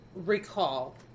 Recall